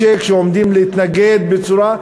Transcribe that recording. ונשק ועומדים להתנגד בצורה,